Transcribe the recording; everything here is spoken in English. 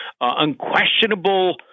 unquestionable